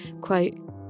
quote